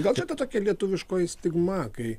gal čia ta tokia lietuviškoji stigma kai